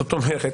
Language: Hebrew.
זאת אומרת,